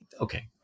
Okay